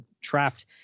trapped